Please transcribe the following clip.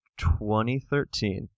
2013